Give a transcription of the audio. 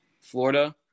Florida